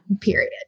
Period